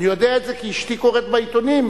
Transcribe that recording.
אני יודע את זה כי אשתי קוראת בעיתונים,